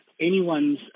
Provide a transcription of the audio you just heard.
anyone's